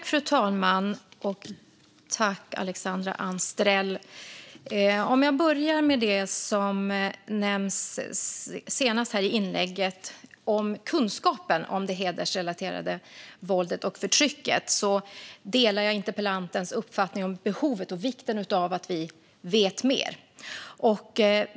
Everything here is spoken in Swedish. Fru talman! Jag börjar med det som nämns senast här i inlägget om kunskapen om det hedersrelaterade våldet och förtrycket. Jag delar interpellantens uppfattning om behovet och vikten av att vi vet mer.